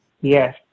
Yes